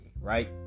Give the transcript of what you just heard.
right